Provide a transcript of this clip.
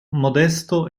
modesto